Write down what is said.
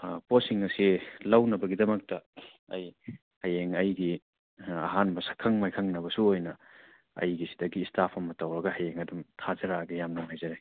ꯑꯥ ꯄꯣꯠꯁꯤꯡ ꯑꯁꯤ ꯂꯧꯅꯕꯒꯤꯗꯃꯛꯇ ꯑꯩ ꯍꯌꯦꯡ ꯑꯩꯒꯤ ꯑꯥꯥ ꯑꯍꯥꯟꯕ ꯁꯛꯈꯪ ꯃꯥꯏꯈꯪꯅꯕꯁꯨ ꯑꯣꯏꯅ ꯑꯩꯒꯤ ꯁꯤꯗꯒꯤ ꯏꯁꯇꯥꯐ ꯇꯧꯔꯒ ꯍꯌꯦꯡ ꯑꯗꯨꯝ ꯊꯥꯖꯔꯛꯂꯒꯦ ꯌꯥꯝ ꯅꯨꯡꯉꯥꯏꯖꯔꯦ